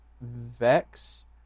Vex